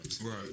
Right